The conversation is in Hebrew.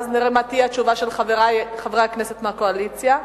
ואז נראה מה תהיה התשובה של חברי חברי הכנסת מהקואליציה.